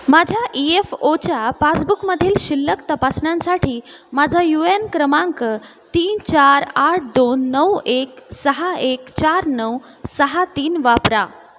माझ्या E F ओच्या पासबुकमधील शिल्लक तपासण्यांसाठी माझा यू ए एन क्रमांक तीन चार आठ दोन नऊ एक सहा एक चार नऊ सहा तीन वापरा